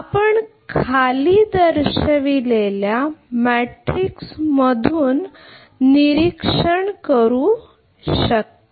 आपण खाली दर्शविलेल्या मॅट्रिक्स मधून निरीक्षण करू शकता